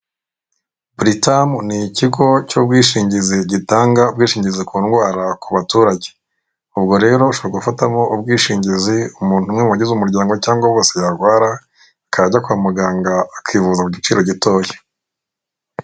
Buritamu ni ikigo cy'ubwishingizi gitanga ubwishingizi ku indwara ku baturage. Ubwo rero, ushobora gufatamo ubwishingizi, umuntu umwe mu bagize umuryango cyangwa bose yarwara, akajya ajya kwa muganga akivuza ku giciro gitoya.